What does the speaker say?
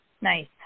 Nice